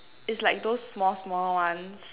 is like those small small ones